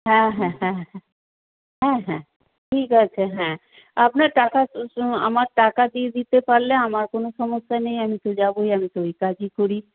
হ্যাঁ হ্যাঁ হ্যাঁ হ্যাঁ হ্যাঁ হ্যাঁ ঠিক আছে হ্যাঁ আপনার টাকা আমার টাকা দিয়ে দিতে পারলে আমার কোনো সমস্যা নেই আমি তো যাবই আমি তো ওই কাজই করি